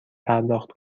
پرداخت